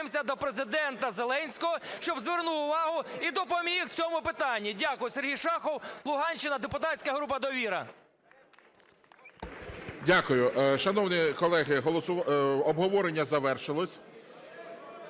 Дякую. Шановні колеги, обговорення завершено.